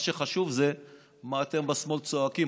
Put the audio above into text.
מה שחשוב זה מה אתם בשמאל צועקים.